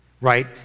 right